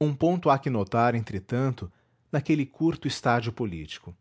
um ponto há que notar entretanto naquele curto estádio político